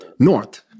north